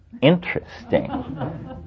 interesting